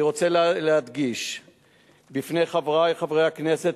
אני רוצה להדגיש בפני חברי חברי הכנסת,